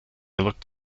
looked